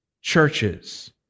Churches